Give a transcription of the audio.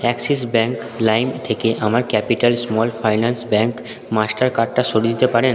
Axis bank Lime থেকে আমার capital small finance bank master কার্ডটা সরিয়ে দিতে পারেন